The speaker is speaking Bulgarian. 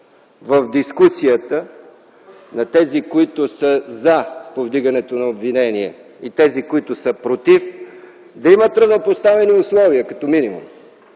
в дискусията на тези, които са за повдигането на обвинение и тези, които са против, да имат равнопоставени условия като минимум.